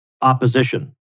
opposition